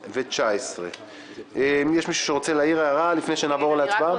23.10.2019. יש מישהו שרוצה להעיר הערה לפני שנעבור להצבעה?